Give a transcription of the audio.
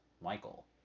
Michael